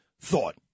thought